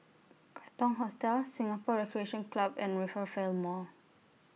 Katong Hostel Singapore Recreation Club and Rivervale Mall